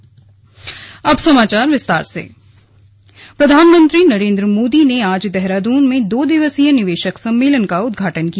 निवेाक सम्मेलन प्रधानमंत्री नरेन्द्र मोदी ने आज देहरादून में दो दिवसीय निवेशक सम्मेलन का उद्घाटन किया